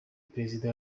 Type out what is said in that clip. perezida